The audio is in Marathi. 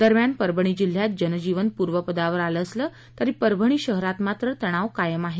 दरम्यान परभणी जिल्ह्यात जनजीवन पूर्वपदावर आलं असलं तरी परभणी शहरात मात्र तणाव कायम आहे